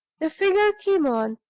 the figure came on,